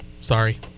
sorry